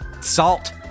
Salt